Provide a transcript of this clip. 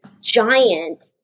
giant